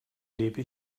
lebe